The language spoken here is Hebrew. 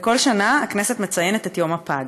וכל שנה הכנסת מציינת את יום הפג.